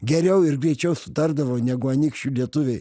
geriau ir greičiau sutardavo negu anykščių lietuviai